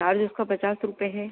charge उसका पचास रुपये है